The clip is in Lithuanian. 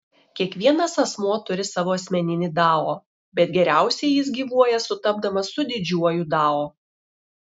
kiekvienas asmuo turi savo asmeninį dao bet geriausiai jis gyvuoja sutapdamas su didžiuoju dao